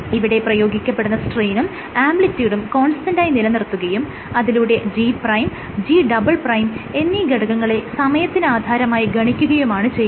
ഇവിടെ പ്രയോഗിക്കപ്പെടുന്ന സ്ട്രെയിനും ആംപ്ലിട്യുഡും കോൺസ്റ്റന്റായി നിലനിർത്തുകയും അതിലൂടെ G' G" എന്നീ ഘടകങ്ങളെ സമയത്തിനാധാരമായി ഗണിക്കുകയുമാണ് ചെയ്യുന്നത്